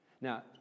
Now